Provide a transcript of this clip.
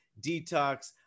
detox